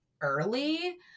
early